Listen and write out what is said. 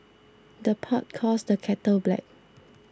the pot calls the kettle black